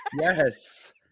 Yes